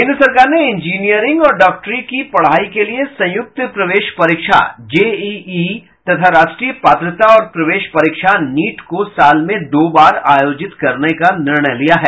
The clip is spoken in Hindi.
केंद्र सरकार ने इंजीनियरिंग और डॉक्टरी की पढाई के लिए संयुक्त प्रवेश परीक्षा जेईई तथा राष्ट्रीय पात्रता और प्रवेश परीक्षानीट को साल में दो बार आयोजित करने का निर्णय लिया है